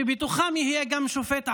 שבתוכם יהיה גם שופט ערבי,